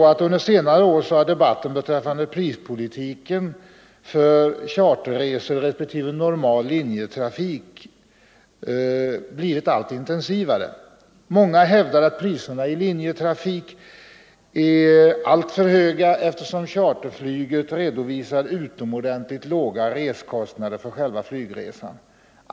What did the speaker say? Under senare år har debatten beträffande prispolitiken för charterresor respektive normal linjetrafik blivit allt intensivare. Många hävdar att priserna i linjetrafik är alltför höga, eftersom charterflyget redovisar utomordentligt låga reskostnader för själva flygresan.